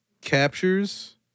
Captures